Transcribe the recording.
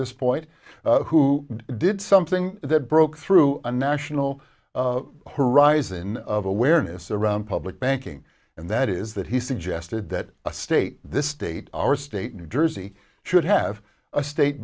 this point who did something that broke through a national horizon of awareness around public banking and that is that he suggested that a state this state our state new jersey should have a state